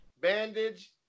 bandage